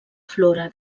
flora